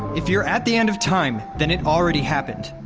if you're at the end of time, then it already happened.